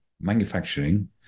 manufacturing